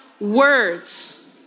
words